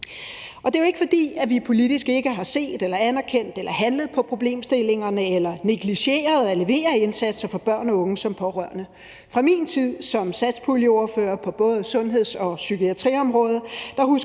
Det er jo ikke, fordi vi politisk ikke har set, anerkendt eller handlet på problemstillingerne eller negligeret at levere indsatser for børn og unge som pårørende. Fra min tid som satspuljeordfører på både sundheds- og psykiatriområdet husker jeg